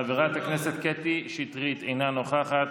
חברת הכנסת קטי שטרית, אינה נוכחת,